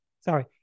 sorry